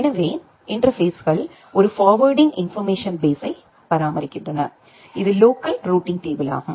எனவே இன்டர்பேஸ்ஸுகள் ஒரு ஃபார்வேர்டிங் இன்போர்மேஷன் பேஸ்ஸை பராமரிக்கின்றன இது லோக்கல் ரூட்டிங் டேபிள்யாகும்